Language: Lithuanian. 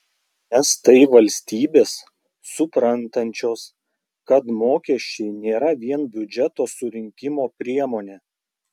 nes tai valstybės suprantančios kad mokesčiai nėra vien biudžeto surinkimo priemonė